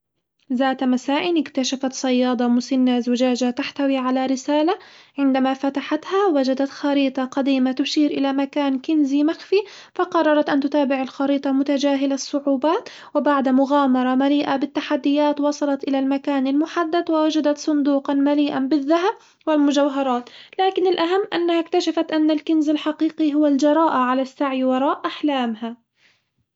ذات مساء، اكتشفت صيادة مسنة زجاجة تحتوي على رسالة عندما فتحتها وجدت خريطة قديمة تشير إلى مكان كنزي مخفي فقررت أن تتابع الخريطة متجاهلة الصعوبات، وبعد مغامرة مليئة بالتحديات وصلت إلى المكان المحدد ووجدت صندوقًا مليئًا بالذهب والمجوهرات، لكن الأهم أنها اكتشفت أن الكنز الحقيقي هو الجراءة على السعي وراء أحلامها.